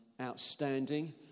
outstanding